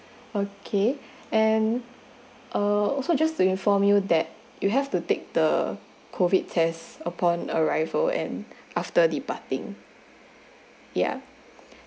okay and uh so just to inform you that you have to take the COVID tests upon arrival and after the parting ya